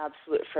absolute